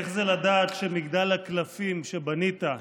איך זה לדעת שמגדל הקלפים שבנית,